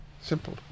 Simple